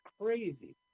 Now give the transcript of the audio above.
crazy